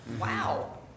Wow